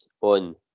on